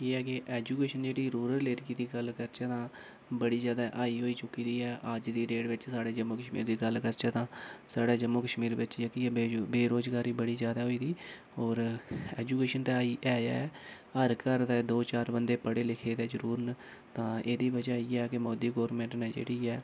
एह् ऐ कि एजुकेशन जेह्ड़ी रूरल एरिया दी गल्ल करचै तां बड़ी जादा हाई होई चुकी दी ऐ अज्ज दी डेट बिच साढ़े जम्मू कश्मीर दी गल्ल करचै तां साढ़े जम्मू कश्मीर बिच जेह्की ऐ बेरोज़गारी बड़ी जादा होई दी होर एजुकेशन ते हाई ऐ ई ऐ हर घर दा दो चार बन्दे पढ़े लिखे दे जरूर न तां एह्दी बजह् इ'यै ऐ कि मोदी गौरमेंट ने जेह्ड़ी ऐ